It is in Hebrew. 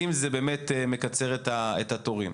אם זה באמת מקצר את התורים.